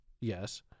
Yes